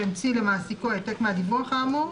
והמציא למעסיקו העתק מהדיווח האמור.